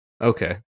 Okay